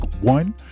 one